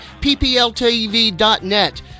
ppltv.net